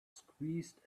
squeezed